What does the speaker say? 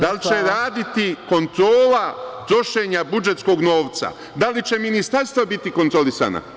Da li će raditi kontrola trošenja budžetskog novca, da li će ministarstva biti kontrolisana?